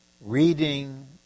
reading